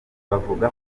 bavuga